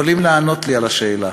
יכולים לענות לי על השאלה.